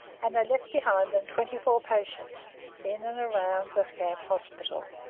and they left behind them twenty-four patients in and around the camp hospital.